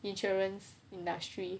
insurance industry